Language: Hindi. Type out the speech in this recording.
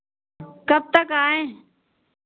कबतक आयें